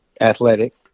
athletic